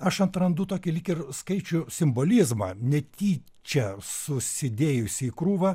aš atrandu tokį lyg ir skaičių simbolizmą netyčia susidėjusį į krūvą